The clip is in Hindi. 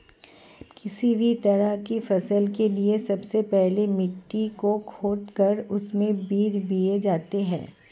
किसी भी तरह की फसल के लिए सबसे पहले मिट्टी को खोदकर उसमें बीज बोए जाते हैं